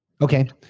Okay